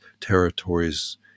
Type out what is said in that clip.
territories